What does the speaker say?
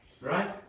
Right